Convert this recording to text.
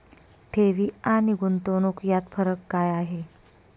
ठेवी आणि गुंतवणूक यात फरक काय आहे?